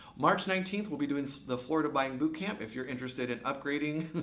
march nineteenth, we'll be doing the florida buying bootcamp. if you're interested in upgrading,